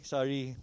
Sorry